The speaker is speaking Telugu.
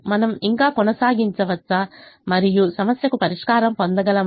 మనము ఇంకా కొనసాగించవచ్చ మరియు సమస్యకు పరిష్కారం పొందగలమా